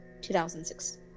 2006